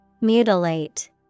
Mutilate